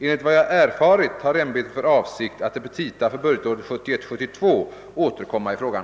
Enligt vad jag erfarit har ämbetet för avsikt att i petita för budgetåret 1971/72 återkomma i frågan.